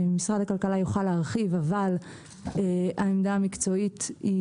משרד הכלכלה יוכל להרחיב אבל העמדה המקצועית היא